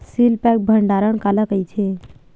Seal pack भंडारण काला कइथे?